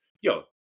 yo